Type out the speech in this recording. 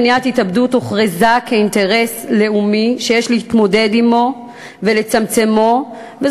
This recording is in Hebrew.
מניעת התאבדות הוכרזה כאינטרס לאומי שיש להתמודד עמו ולצמצם את התופעה,